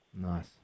Nice